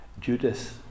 Judas